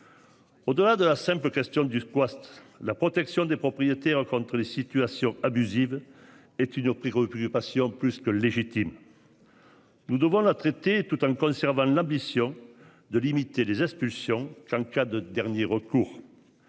Au-delà de la simple question du quoi. La protection des propriétés. Les situations abusives et tu pris refuge patients plus que légitime. Nous devons la traiter tout en conservant l'ambition de limiter les expulsions qu'en cas de dernier recours.